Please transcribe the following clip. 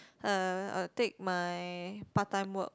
uh take my part time work